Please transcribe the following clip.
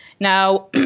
Now